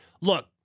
Look